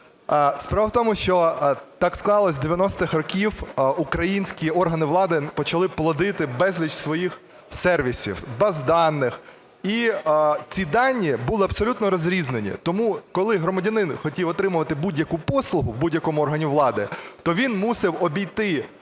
Справа в тому, що так склалось з 90-х років, українські органи влади почали плодити безліч своїх сервісів, баз даних, і ці дані були абсолютно розрізнені. Тому коли громадянин хотів отримувати будь-яку послугу в будь-якому органі влади, то він мусив обійти